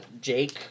Jake